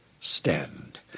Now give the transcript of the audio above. stand